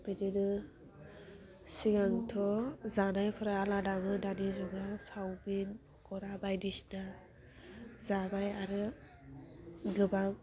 बिदिनो सिगांथ' जानायफ्रा आलादामोन दानि जुगाव चावमिन पख'रा बायदिसिना जाबाय आरो गोबां